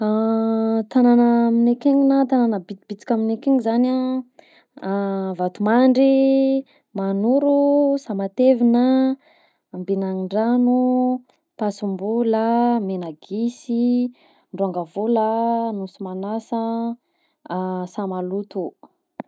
Tàgnana aminay akegny na tàgnana bisibisika aminay akeny zany an: Vatomandry, Mahanoro, Sahamatevina, Ambenandragno, Ampasimbola, Menagisy, Amboangavola, Nosimanasa, Sahamaloto.